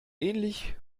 ähnlich